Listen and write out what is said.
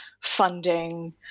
funding